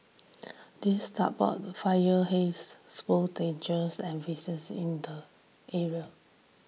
these tugboats fire haze spouse dangers and vessels in the area